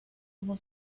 como